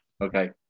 Okay